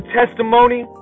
testimony